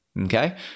Okay